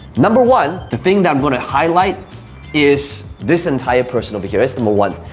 number one, the thing that i'm gonna highlight is this entire person over here is number one.